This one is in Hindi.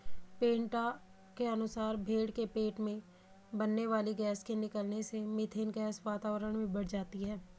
पेटा के अनुसार भेंड़ के पेट में बनने वाली गैस के निकलने से मिथेन गैस वातावरण में बढ़ जाती है